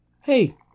Hey